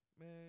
man